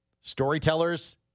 storytellers